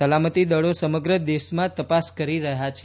સલામતીદળો સમગ્ર દેશમાં તપાસ કરી રહયાં છે